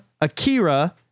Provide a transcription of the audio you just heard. Akira